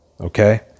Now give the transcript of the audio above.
okay